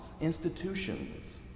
institutions